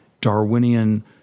Darwinian